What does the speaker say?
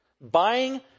buying